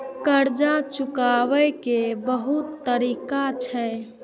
कर्जा चुकाव के बहुत तरीका छै?